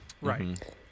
Right